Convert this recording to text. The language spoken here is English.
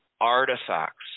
artifacts